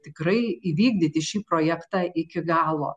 tikrai įvykdyti šį projektą iki galo